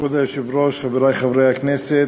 כבוד היושב-ראש, חברי חברי הכנסת,